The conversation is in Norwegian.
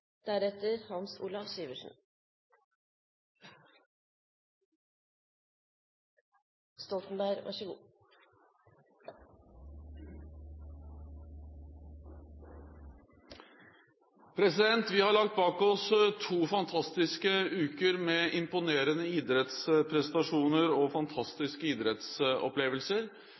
Vi har lagt bak oss to fantastiske uker med imponerende idrettsprestasjoner og fantastiske idrettsopplevelser